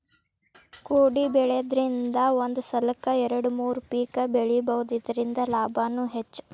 ಕೊಡಿಬೆಳಿದ್ರಂದ ಒಂದ ಸಲಕ್ಕ ಎರ್ಡು ಮೂರು ಪಿಕ್ ಬೆಳಿಬಹುದು ಇರ್ದಿಂದ ಲಾಭಾನು ಹೆಚ್ಚ